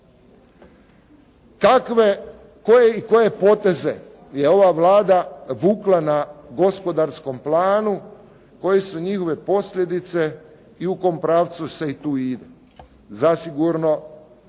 koje i koje poteze je ova Vlada vukla na gospodarskom planu? Koje su njihove posljedice i u kom pravcu se tu ide? Zasigurno